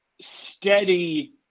steady